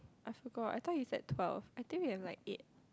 I forgot I thought is that twelve I think we have like eight